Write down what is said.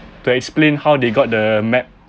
to explain how they got the map